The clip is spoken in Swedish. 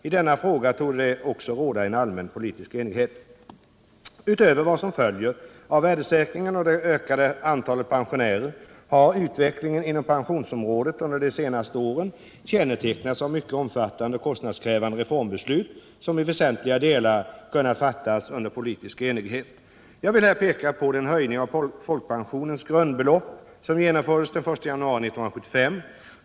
I denna fråga torde det också råda en allmän politisk enighet. Utöver vad som följer av värdesäkringen och det ökande antalet pensionärer har utvecklingen inom pensionsområdet under de senare åren kännetecknats av mycket omfattande och kostnadskrävande reformbeslut som i väsentliga delar kunnat fattas under politisk enighet. Jag vill här peka på den höjning av folkpensionens grundbelopp som genomfördes den 1 januari 1975.